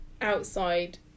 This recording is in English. outside